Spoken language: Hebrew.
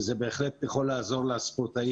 שזה בהחלט יכול לעזור לספורט.